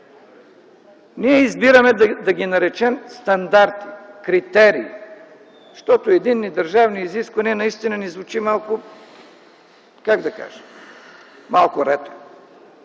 Ние избираме да ги наречем стандарти, критерии, защото единни държавни изисквания наистина ни звучи малко ретро.